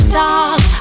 talk